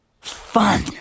Fun